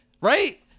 Right